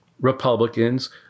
Republicans